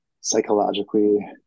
psychologically